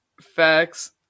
Facts